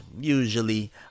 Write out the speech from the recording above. usually